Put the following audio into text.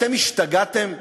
אתם השתגעתם?